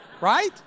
right